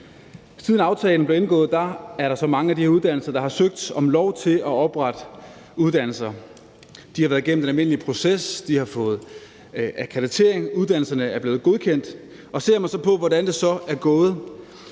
Siden aftalen blev indgået, er der mange uddannelsessteder, der har søgt om lov til at oprette uddannelser. De har været igennem den almindelige proces, de har fået akkreditering, og uddannelserne er blevet godkendt. Ser man så på, hvordan det er gået,